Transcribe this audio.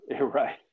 Right